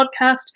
Podcast